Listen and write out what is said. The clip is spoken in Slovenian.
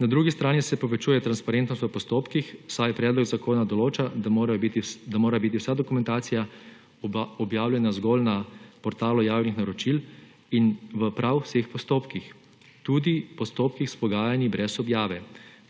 drugi strani se povečuje transparentnost v postopkih, saj predlog zakona določa, da mora biti vsa dokumentacija objavljena zgolj na portalu javnih naročil in v prav vseh postopkih, tudi pri postopkih s pogajanji brez objave